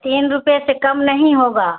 تین روپے سے کم نہیں ہوگا